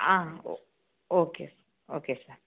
okay sir okay sir